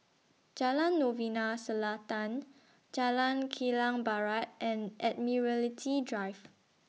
Jalan Novena Selatan Jalan Kilang Barat and Admiralty Drive